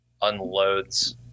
Unloads